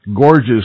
Gorgeous